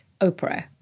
Oprah